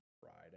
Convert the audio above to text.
Friday